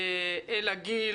אלה גיל,